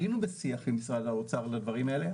היינו בשיח עם משרד האוצר על הדברים האלה,